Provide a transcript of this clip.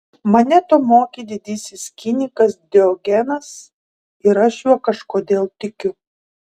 mane to mokė didysis kinikas diogenas ir aš juo kažkodėl tikiu